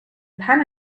pan